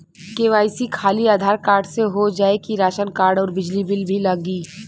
KYC खाली Aadhaar card से हो जाए कि राशन कार्ड अउर बिजली बिल भी लगी?